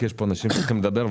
כי יש פה אנשים שצריכים לדבר,